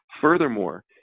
furthermore